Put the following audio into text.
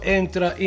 entra